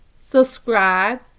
subscribe